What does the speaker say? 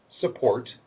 support